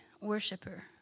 worshiper